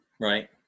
right